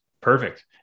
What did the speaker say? perfect